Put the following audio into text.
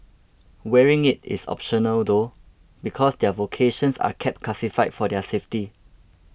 wearing it is optional though because their vocations are kept classified for their safety